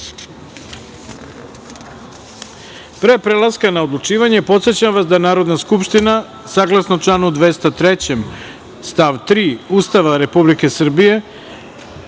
prelaska na odlučivanje, podsećam vas da Narodna skupština, saglasno članu 203. stav 3. Ustava Republike Srbije,